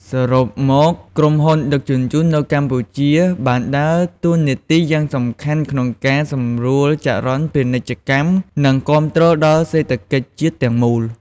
សរុបមក ក្រុមហ៊ុនដឹកជញ្ជូននៅកម្ពុជាបានដើរតួនាទីយ៉ាងសំខាន់ក្នុងការសម្រួលចរន្តពាណិជ្ជកម្មនិងគាំទ្រដល់សេដ្ឋកិច្ចជាតិទាំងមូល។